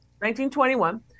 1921